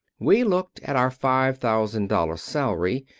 we looked at our five-thousand-dollar salary,